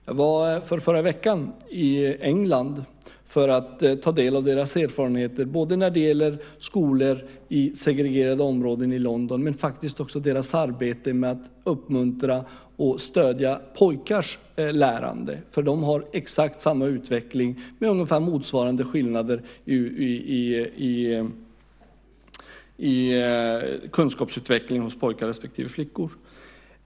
Jag var i England förrförra veckan för att ta del av deras erfarenheter både när det gäller skolor i segregerade områden i London och deras arbete med att uppmuntra och stödja pojkars lärande. De har exakt samma utveckling med ungefär motsvarande skillnader i kunskapsutveckling mellan pojkar och flickor.